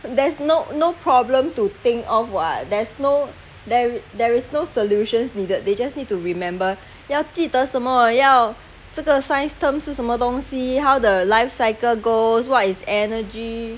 there's no no problem to think of [what] there's no there there is no solutions needed they just need to remember 要记得什么要这个 science term 是什么东西 how the life cycle goes what is energy